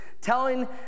telling